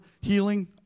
healing